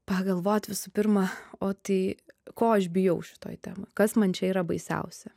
pagalvot visų pirma o tai ko aš bijau šitoj temoj kas man čia yra baisiausia